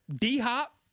D-hop